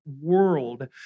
world